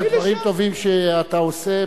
דברים טובים שאתה עושה,